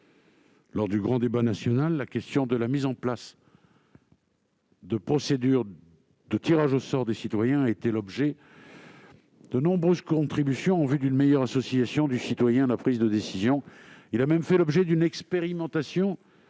Lors du grand débat national, la question de la mise en place de procédures de tirage au sort des citoyens a été l'objet de nombreuses contributions en vue d'une meilleure association du citoyen à la prise de décision. Le tirage au sort a même fait l'objet d'une expérimentation